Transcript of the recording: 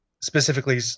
specifically